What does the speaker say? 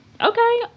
okay